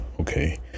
Okay